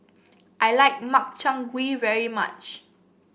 I like Makchang Gui very much